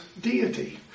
deity